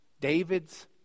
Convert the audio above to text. David's